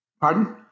Pardon